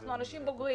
אנחנו אנשים בוגרים.